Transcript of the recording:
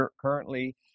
currently